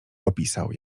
opisał